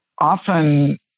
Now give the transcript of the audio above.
Often